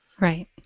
Right